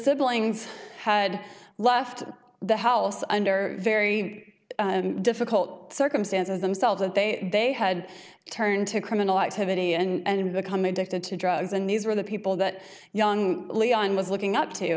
siblings had left the house under very difficult circumstances themselves and they they had turned to criminal activity and become addicted to drugs and these were the people that young leon was looking up to